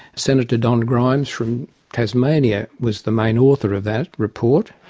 senator don grimes from tasmania was the main author of that report.